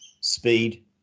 speed